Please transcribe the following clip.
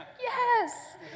yes